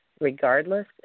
regardless